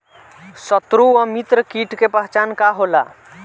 सत्रु व मित्र कीट के पहचान का होला?